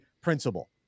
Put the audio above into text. principle